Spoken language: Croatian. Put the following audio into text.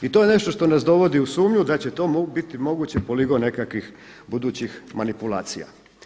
I to je nešto što nas dovodi u sumnju da će to biti mogući poligon nekakvih budućih manipulacija.